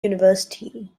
university